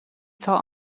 atá